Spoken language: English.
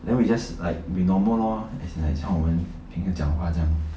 then we just like be normal lor as in like 像我们平时讲话这样